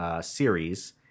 series